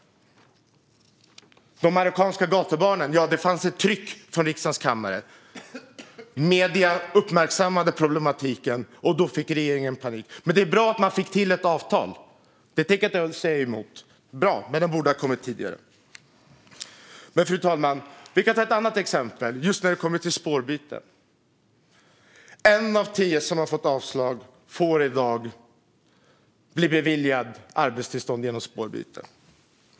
Vad gäller de marockanska gatubarnen fanns ett tryck från riksdagens kammare. Medierna uppmärksammade problematiken, och då fick regeringen panik. Det är dock bra att man fick till ett avtal; det säger jag inget emot. Det var bra, men det borde ha kommit tidigare. Fru talman! Låt oss ta ett annat exempel som gäller spårbyte. En av tio som har fått avslag blir i dag beviljad arbetstillstånd genom spårbyte.